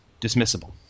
dismissible